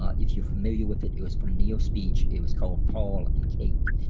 if you're familiar with it, it was from neo speech. it was called paul and kate.